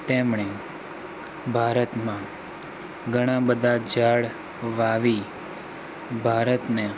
તેમણે ભારતમાં ઘણાં બધાં ઝાડ વાવી ભારતને